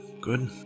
Good